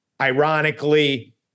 Ironically